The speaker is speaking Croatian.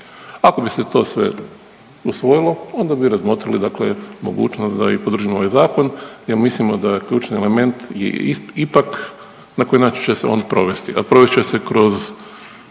Ako bi se to sve usvojilo onda bi razmotrili dakle mogućnost da i podržimo ovaj zakon jer mislimo da je ključni element je ipak na koji način će se on provesti, a provest će se kroz